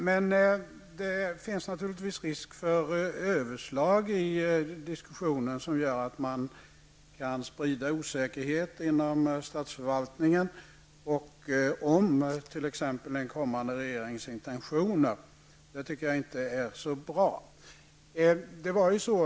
Men det finns naturligtvis risk för överslag i diskussionen, som gör att man kan sprida osäkerhet inom statsförvaltningen om t.ex. en kommande regerings intentioner. Det tycker jag inte är så bra.